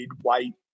white